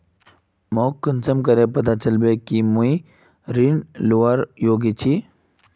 मोक कुंसम करे पता चलबे कि मुई ऋण लुबार योग्य छी?